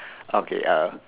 okay ah